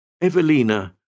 Evelina